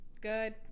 Good